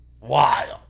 Wild